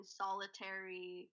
solitary